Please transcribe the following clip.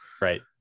right